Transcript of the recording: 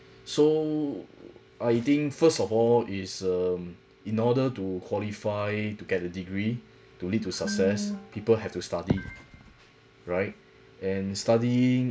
so I think first of all is um in order to qualify to get a degree to lead to success people have to study right and study